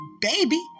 baby